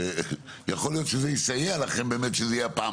יכול להיות שזה יסייע לכם וזאת תהיה הפעם